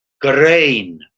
grain